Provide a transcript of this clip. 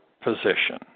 position